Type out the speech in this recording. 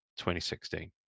2016